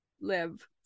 live